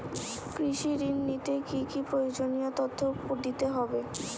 কৃষি ঋণ নিতে কি কি প্রয়োজনীয় তথ্য দিতে হবে?